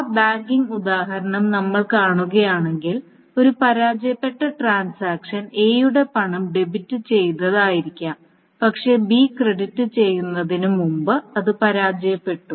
ആ ബാങ്കിംഗ് ഉദാഹരണം നമ്മൾ കാണുകയാണെങ്കിൽ ഒരു പരാജയപ്പെട്ട ട്രാൻസാക്ഷൻ എയുടെ പണം ഡെബിറ്റ് ചെയ്തതായിരിക്കാം പക്ഷേ ബി ക്രെഡിറ്റ് ചെയ്യുന്നതിന് മുമ്പ് അത് പരാജയപ്പെട്ടു